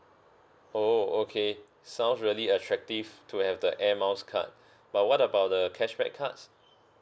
oh okay sounds really attractive to have the air miles card but what about the cashback cards